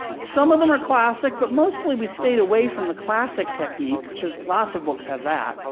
some of them are classic. but mostly, we stayed away from the classic techniques, cause lots of books have that,